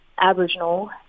Aboriginal